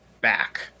back